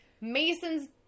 Mason's